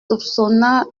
soupçonna